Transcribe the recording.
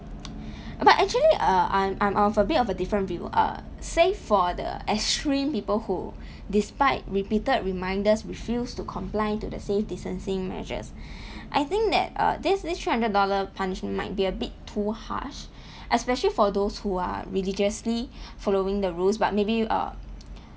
but actually err I'm I'm of a bit of a different view err safe for the extreme people who despite repeated reminders refuse to comply to the safety distancing measures I think that uh this this three hundred dollar punishment might be a bit too harsh especially for those who are religiously following the rules but maybe uh